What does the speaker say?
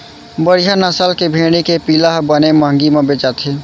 बड़िहा नसल के भेड़ी के पिला ह बने महंगी म बेचाथे